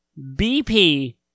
BP